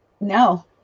No